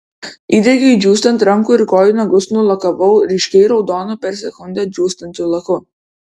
įdegiui džiūstant rankų ir kojų nagus nulakavau ryškiai raudonu per sekundę džiūstančių laku